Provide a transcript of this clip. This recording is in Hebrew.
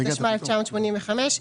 התשמ"ה 1985,